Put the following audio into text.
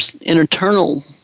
internal